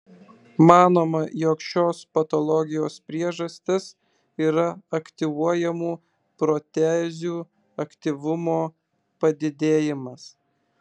manoma jog šios patologijos priežastis yra aktyvuojamų proteazių aktyvumo padidėjimas